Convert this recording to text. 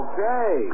Okay